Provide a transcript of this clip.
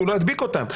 שהוא לא ידביק אותם.